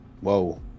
Whoa